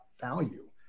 value